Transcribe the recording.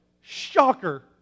Shocker